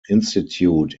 institute